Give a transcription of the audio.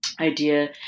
Idea